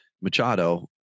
Machado